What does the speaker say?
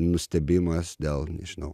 nustebimas dėl nežinau